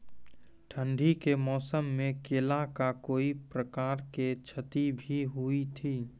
ठंडी के मौसम मे केला का कोई प्रकार के क्षति भी हुई थी?